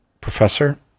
professor